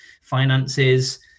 finances